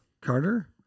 Carter